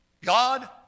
God